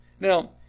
Now